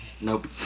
Nope